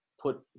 put